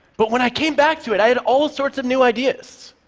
but when i came back to it, i had all sorts of new ideas.